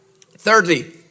Thirdly